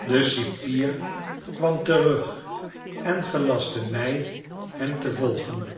de cipier kwam terug en gelastte mij hem te volgen